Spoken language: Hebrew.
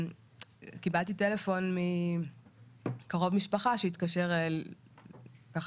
קיבלתי טלפון מקרוב משפחה שהתקשר ככה